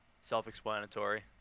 self-explanatory